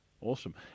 Awesome